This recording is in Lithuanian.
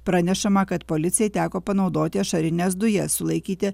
pranešama kad policijai teko panaudoti ašarines dujas sulaikyti